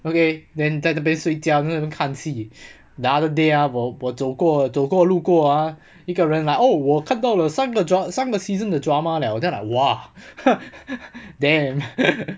okay then 在这边睡觉在这边看戏 the other day ah 我我走过走过路过 ah 一个人 like oh 我看到了三个 dr~ 三个 season 的 drama liao then like !wah! damn